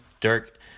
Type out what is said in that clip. Dirk